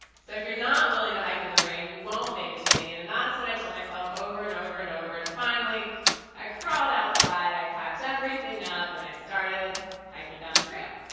so if you're not willing to hike in the rain, you won't make it to maine, and that's what i told myself over and over and over, and finally i crawled outside and i packed everything up, and i started hiking down the trail.